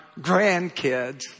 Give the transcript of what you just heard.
grandkids